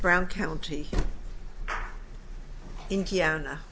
brown county indiana